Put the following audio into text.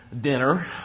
dinner